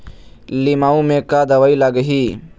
लिमाऊ मे का दवई लागिही?